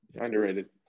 Underrated